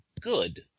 good